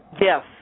Yes